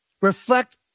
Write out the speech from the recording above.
Reflect